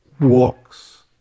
walks